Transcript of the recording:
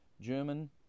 German